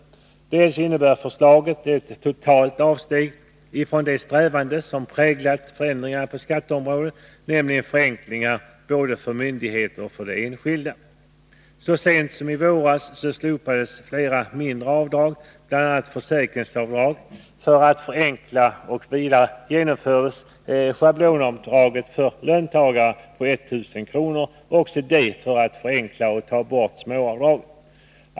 Förslaget innebär också ett totalt avsteg från de strävanden som präglat förändringar på skatteområdet, nämligen förenklingar både för myndigheter och för enskilda. Så sent som i våras slopades flera mindre avdrag, bl.a. försäkringsavdrag, för att förenkla, och vidare genomfördes ett schablonavdrag för löntagare på 1 000 kr. — även detta för att få bort småavdragen och därmed förenkla.